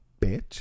bitch